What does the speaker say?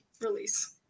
release